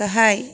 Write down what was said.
गाहाइ